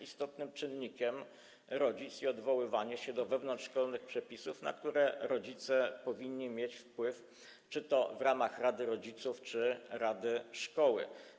Istotnym czynnikiem jest też rodzic i odwoływanie się do wewnątrzszkolnych przepisów, na które rodzice powinni mieć wpływ czy to w ramach działań rady rodziców, czy rady szkoły.